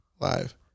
Live